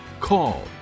call